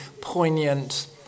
poignant